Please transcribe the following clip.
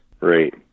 Right